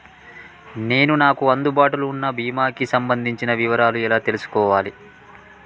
నేను నాకు అందుబాటులో ఉన్న బీమా కి సంబంధించిన వివరాలు ఎలా తెలుసుకోవాలి?